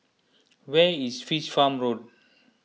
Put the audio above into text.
where is Fish Farm Road